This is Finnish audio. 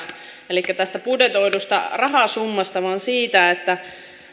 elikkä budjetoidusta rahasummasta vaan siitä